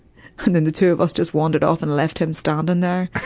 and then the two of us just wandered off and left him standing there.